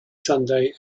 sunday